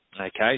Okay